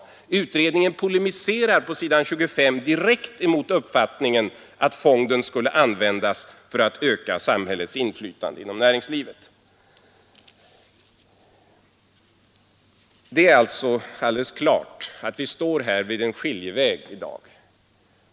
Utredningen polemiserar på s. 25 direkt mot uppfattningen att fonden skulle användas för att öka samhällets inflytande inom näringslivet. Det är sålunda alldeles klart att vi står vid en skiljeväg i dag.